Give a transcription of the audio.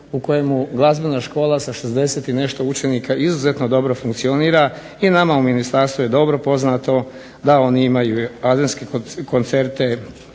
u kojemu glazbena škola sa 60 i nešto učenika izuzetno dobro funkcionira i nama u ministarstvu je dobro poznato da oni imaju adventske koncerte,